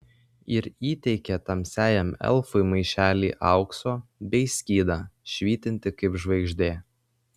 ir įteikė tamsiajam elfui maišelį aukso bei skydą švytintį kaip žvaigždė